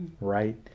right